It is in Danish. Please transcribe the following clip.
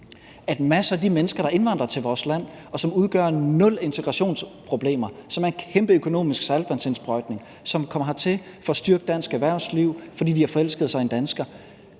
at nogle af de mennesker, der indvandrer til vores land, som udgør nul integrationsproblemer, som er en kæmpe økonomisk saltvandsindsprøjtning, og som kommer hertil for at styrke dansk erhvervsliv, eller fordi de har forelsket sig i en dansker,